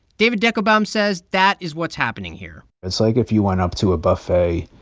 david deckelbaum says that is what's happening here it's like if you went up to a buffet,